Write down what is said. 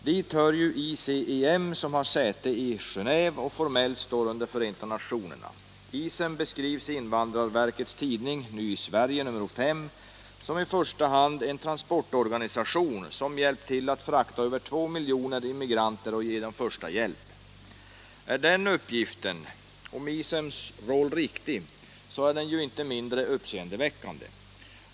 Dit hör ICEM, som har säte i Genéve och formellt står under Förenta nationerna. ICEM beskrivs i invandrarverkets tidning Ny i Sverige nr 5 som ”i första hand en transportorganisation, som hjälpt till att frakta över 2 miljoner immigranter och ge dem första hjälp”. Är den uppgiften om ICEM:s roll riktig är det inte mindre uppseendeväckande.